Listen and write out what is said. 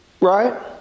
Right